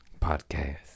Podcast